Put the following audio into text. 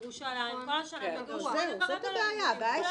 בירושלים כל השנה הם מגיעים ב-08:15 ללימודים.